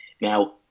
now